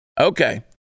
Okay